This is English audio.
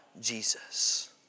Jesus